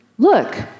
Look